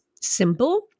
simple